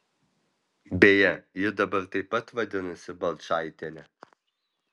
beje ji dabar taip pat vadinasi balčaitiene